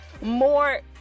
more